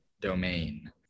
Domain